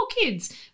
kids